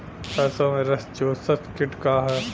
सरसो में रस चुसक किट का ह?